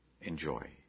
Enjoy